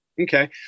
Okay